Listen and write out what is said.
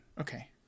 Okay